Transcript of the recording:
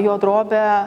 jo drobę